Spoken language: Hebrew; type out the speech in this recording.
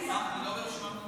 אני מבין שאני נוגע בנקודה רגישה.